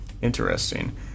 Interesting